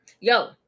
Yo